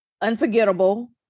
unforgettable